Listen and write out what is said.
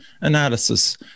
analysis